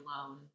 alone